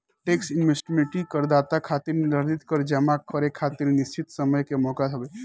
tax amnesty करदाता खातिर निर्धारित कर जमा करे खातिर निश्चित समय के मौका हवे